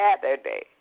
Saturday